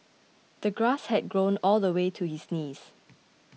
the grass had grown all the way to his knees